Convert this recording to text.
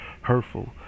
hurtful